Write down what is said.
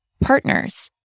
partners